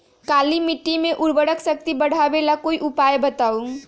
काली मिट्टी में उर्वरक शक्ति बढ़ावे ला कोई उपाय बताउ?